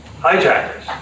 hijackers